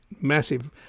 massive